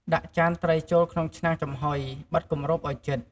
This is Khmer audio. ដាក់ចានត្រីចូលក្នុងឆ្នាំងចំហុយ បិទគម្របឲ្យជិត។